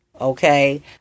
Okay